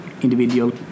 individual